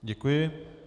Děkuji.